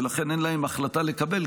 ולכן אין להם החלטה לקבל,